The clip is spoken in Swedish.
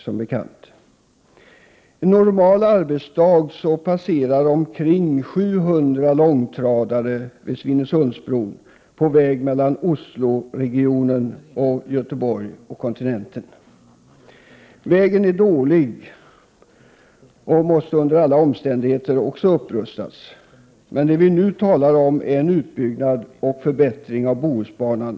Under en normal arbetsdag passerar omkring 700 långtradare Svinesundsbron på sin väg mellan Osloregionen och Göteborg/kontinenten. Vägen är dålig och måste under alla omständigheter rustas upp. Men det som vi nu talar för är en utbyggnad och en förbättring av Bohusbanan.